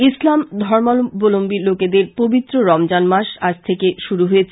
ইসলাম ধর্মালম্বী লোকেদের পবিত্র রমজান মাস আজ থেকে শুরু হয়েছে